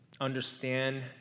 understand